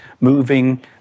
moving